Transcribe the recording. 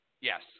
Yes